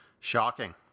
Shocking